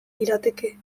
lirateke